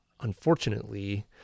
unfortunately